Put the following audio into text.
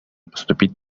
поступить